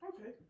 Okay